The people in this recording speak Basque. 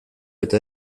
eta